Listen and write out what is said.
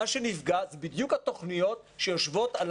מה שנפגע זה בדיוק התוכניות שיושבות על